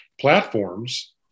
platforms